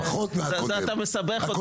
זה אתה מסבך אותו.